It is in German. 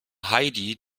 heidi